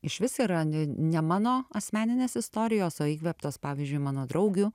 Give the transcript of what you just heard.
išvis yra ne mano asmeninės istorijos o įkvėptos pavyzdžiui mano draugių